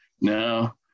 now